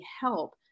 help